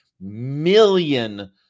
million